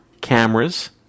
Cameras